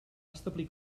establir